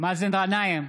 מאזן גנאים,